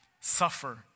suffer